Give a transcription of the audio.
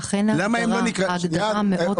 למה הם לא --- לכן ההגדרה מאוד חשובה.